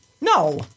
No